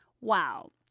Wow